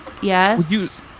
yes